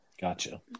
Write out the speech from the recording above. Gotcha